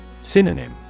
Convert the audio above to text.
Synonym